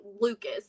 Lucas